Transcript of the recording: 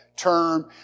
Term